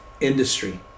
industry